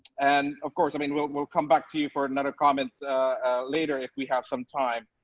and of course i mean we'll we'll come back to you for another comment later if we have some time.